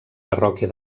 parròquia